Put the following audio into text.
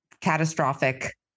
catastrophic